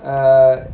uh